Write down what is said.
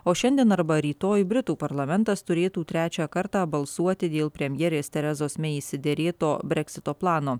o šiandien arba rytoj britų parlamentas turėtų trečią kartą balsuoti dėl premjerės terezos mei išsiderėto breksito plano